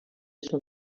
són